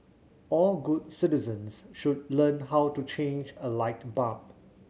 all good citizens should learn how to change a light bulb